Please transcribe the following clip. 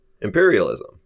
imperialism